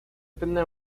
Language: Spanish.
tener